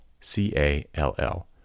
c-a-l-l